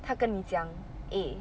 他跟你讲 eh